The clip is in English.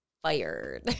Fired